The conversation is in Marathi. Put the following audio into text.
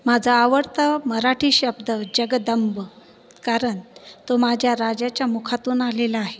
माझा आवडता मराठी शब्द जगदंब कारण तो माझ्या राजाच्या मुखातून आलेला आहे